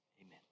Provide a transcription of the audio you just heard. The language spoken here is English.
amen